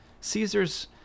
Caesar's